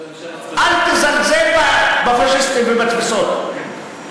אל תזלזל בפאשיסטים ובתפיסות.